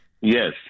Yes